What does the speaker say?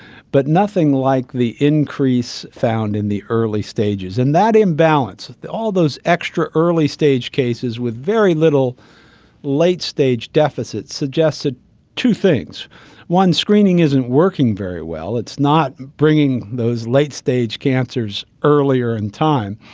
but nothing like the increase found in the early stages. and that imbalance, all those extra early-stage cases with very little late-stage deficits suggested two things one, screening isn't working very well, it's not bringing those late-stage cancers earlier in time,